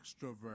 extrovert